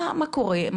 מה קורה?